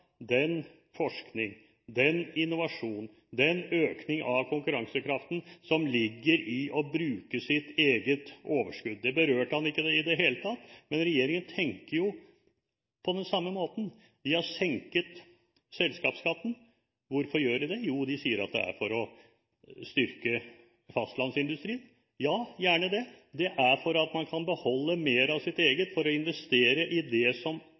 den forskning, den innovasjon og den økning av konkurransekraften som ligger i å bruke sitt eget overskudd. Det berørte han ikke i det hele tatt. Men regjeringen tenker jo på den samme måten; de har senket selskapsskatten. Hvorfor gjør de det? Jo, de sier det er for å styrke fastlandsindustrien. Ja, gjerne det. Det er for at man kan beholde mer av sitt eget for å investere i det som